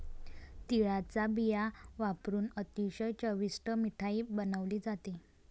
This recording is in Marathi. तिळाचा बिया वापरुन अतिशय चविष्ट मिठाई बनवली जाते